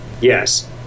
yes